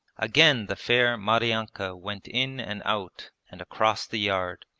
again the fair maryanka went in and out and across the yard,